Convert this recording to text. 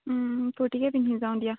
কুৰ্টিকে পিন্ধি যাওঁ দিয়া